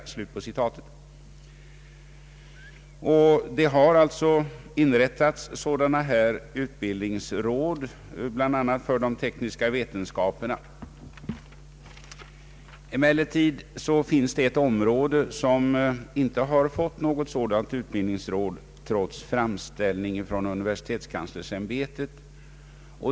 Det har inrättats sådana utbildningsråd, bl.a. för de tekniska vetenskaperna. Emellertid finns det ett område som inte har fått något sådant utbildningsråd, trots framställning från universitetskanslersämbetet.